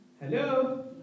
Hello